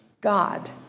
God